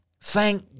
Thank